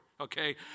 okay